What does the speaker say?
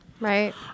right